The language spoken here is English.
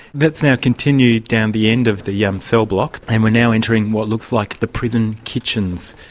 let's now continue down the end of the yeah um cellblock and we're now entering what looks like the prison kitchens.